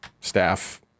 staff